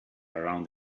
around